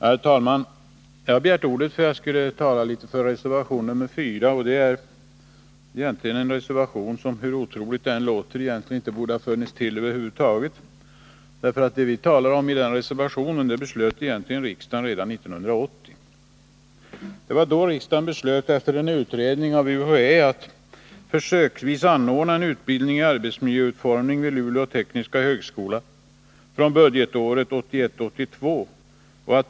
Herr talman! Jag har begärt ordet för att tala för reservation 4. Det är egentligen en reservation som, hur otroligt det än låter, kanske inte borde ha funnits till över huvud taget. Vad vi talar om i den reservationen har riksdagen nämligen fattat beslut om redan 1980. Då beslöt riksdagen, efter en utredning av UHÄ, att försöksvis anordna utbildning i arbetsmiljöutformning vid Luleå tekniska högskola fr.o.m. budgetåret 1981/82.